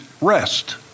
Rest